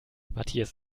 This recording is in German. matthias